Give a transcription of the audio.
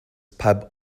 pub